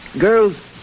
girls